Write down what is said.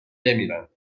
نمیرم